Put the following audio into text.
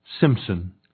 Simpson